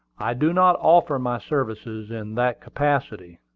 i do not offer my services in that capacity.